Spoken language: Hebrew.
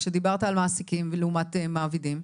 כשדיברת על מעסיקים לעומת מעבידים?